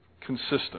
consistent